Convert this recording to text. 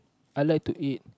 I like to eat